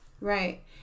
Right